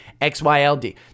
XYLD